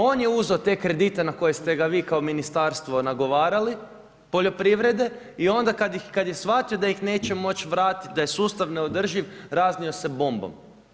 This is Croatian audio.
On je uzeo te kredite na koje ste ga vi kao Ministarstvo nagovarali, poljoprivrede, i onda kad je shvatio da ih neće moći vratiti, da je sustav neodrživ, raznio se bombom.